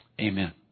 amen